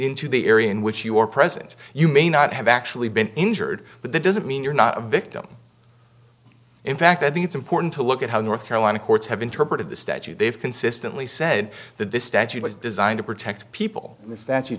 into the area in which you are present you may not have actually been injured but that doesn't mean you're not a victim in fact i think it's important to look at how north carolina courts have interpreted the statute they've consistently said that this statute was designed to protect people in the statute